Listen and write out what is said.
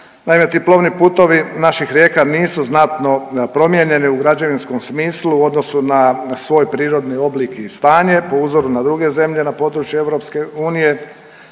Naime, ti plovni putovi naših rijeka nisu znatno promijenjeni u građevinskom smislu u odnosu na svoj prirodni oblik i stanje, po uzoru na druge zemlje na području EU, uzimajući